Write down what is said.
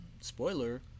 spoiler